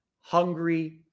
Hungry